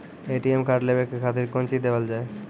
ATM card लेवे के खातिर कौंची देवल जाए?